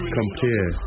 compare